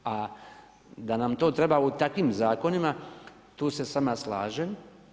A da nam to treba u takvim zakonima, tu se s vama slažem.